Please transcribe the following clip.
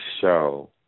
show